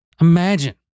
imagine